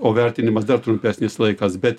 o vertinimas dar trumpesnis laikas bet